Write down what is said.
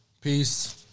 Peace